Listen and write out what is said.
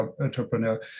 entrepreneur